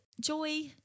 joy